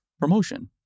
promotion